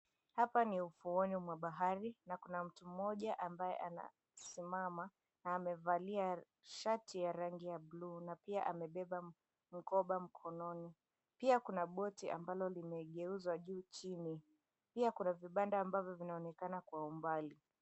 Hapa ni ufuoni mwa bahari, na kuna mtu mmoja ambaye anasimama 𝑛𝑎amevalia shati ya rangi ya bluu na pia amebeba mkoba mkononi. Pia kuna boti ambalo limegeuzwa juu chini. Pia kuna vibanda ambavyo vinaonekana kwa umbali.